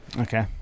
Okay